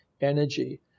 energy